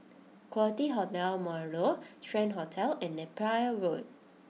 Quality Hotel Marlow Strand Hotel and Napier Road